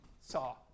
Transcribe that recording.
saw